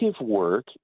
work